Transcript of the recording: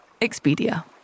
Expedia